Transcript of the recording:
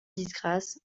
disgrâce